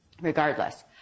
regardless